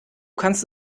kannst